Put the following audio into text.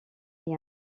est